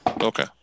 Okay